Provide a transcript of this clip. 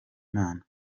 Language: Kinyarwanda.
imana